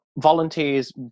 volunteers